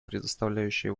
предоставляющие